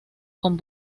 con